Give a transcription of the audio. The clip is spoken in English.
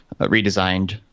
redesigned